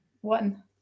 One